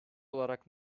olarak